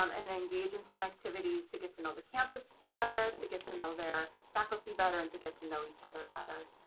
um and engage in some activities to get to know the campus better to get to know their faculty better and to get to know each other better.